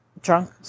drunk